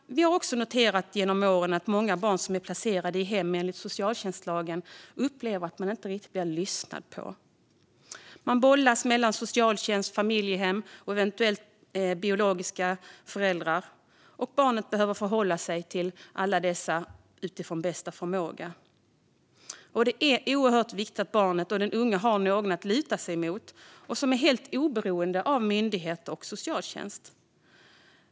Vi har genom åren noterat att många barn som är placerade i hem enligt socialtjänstlagen upplever att de inte blir lyssnade på. De bollas mellan socialtjänst, familjehem och eventuella biologiska föräldrar. Barnen behöver förhålla sig till alla dessa efter bästa förmåga. Det är viktigt att barnet och den unge har någon att luta sig mot som är helt oberoende av myndigheter och socialtjänst.